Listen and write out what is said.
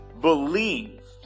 believed